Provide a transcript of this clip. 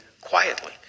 quietly